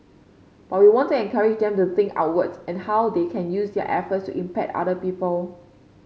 but we want to encourage them to think outwards and how they can use their efforts to impact other people